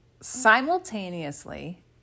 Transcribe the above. simultaneously